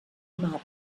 mar